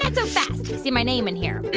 and so fast. i see my name in here.